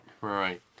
Right